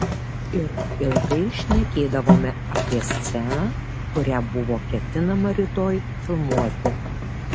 ir ilgai šnekėdavome apie sceną kurią buvo ketinama rytoj filmuoti